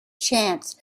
chance